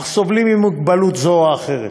אך סובלים ממוגבלות זו או אחרת.